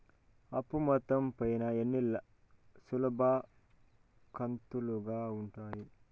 అప్పు మొత్తం పైన ఎన్ని సులభ కంతులుగా ఉంటాయి?